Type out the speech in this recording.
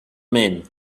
man